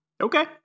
okay